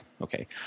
okay